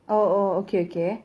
oh oh okay okay